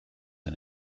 and